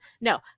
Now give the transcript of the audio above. No